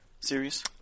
series